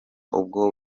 ubwo